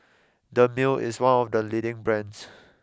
Dermale is one of the leading brands